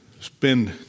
spend